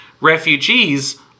refugees